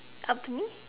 apa ini